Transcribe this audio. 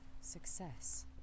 success